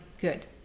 Good